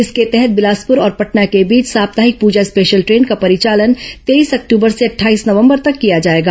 इसके तहत बिलासपुर और पटना के बीच साप्ताहिक पूजा स्पेशल ट्रेन का परिचालन तेईस अक्टूबर से अट्ठाईस नवंबर तक किया जाएगा